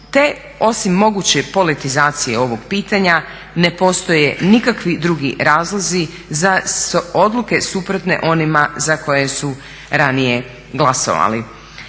Te osim moguće politizacije ovog pitanja ne postoje nikakvi drugi razlozi za odluke suprotne onima za koje su ranije glasovali.